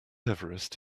everest